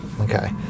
Okay